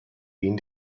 been